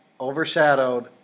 overshadowed